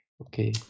Okay